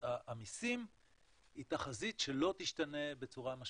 המסים היא תחזית שלא תשתנה בצורה משמעותית.